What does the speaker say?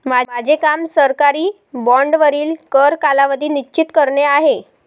माझे काम सरकारी बाँडवरील कर कालावधी निश्चित करणे आहे